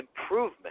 improvement